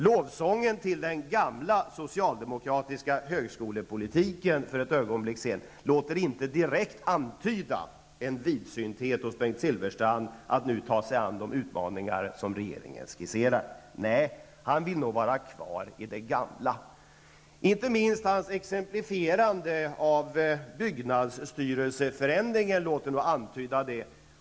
Lovsången till den gamla, socialdemokratiska högskolepolitiken för ett ögonblick sedan låter inte direkt antyda en vidsynthet och vilja hos Bengt Silfverstrand att nu ta sig an de utmaningar som regeringen skisserar. Nej, han vill nog vara kvar i det gamla. Inte heller hans exempel med byggnadsstyrelseförändringen låter antyda någon vilja till förändring.